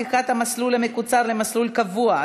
הפיכת המסלול המקוצר למסלול קבוע),